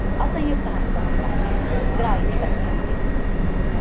असंयुक्तहस्तमुद्रा मुद्रा इति कथ्यते